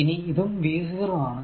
ഇനി ഇതും v 0 ആണ്